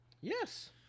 Yes